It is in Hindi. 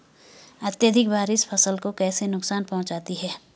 अत्यधिक बारिश फसल को कैसे नुकसान पहुंचाती है?